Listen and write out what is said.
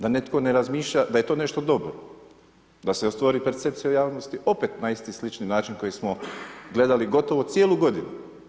Da netko ne razmišlja, da je to nešto dobro, da se stvori percepcija javnosti, opet, na isti, sličan način, koji smo gledali gotovo cijelu godinu.